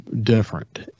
different